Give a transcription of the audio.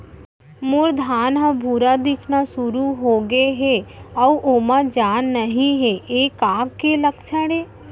मोर धान ह भूरा दिखना शुरू होगे हे अऊ ओमा जान नही हे ये का के लक्षण ये?